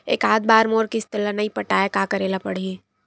एकात बार मोर किस्त ला नई पटाय का करे ला पड़ही?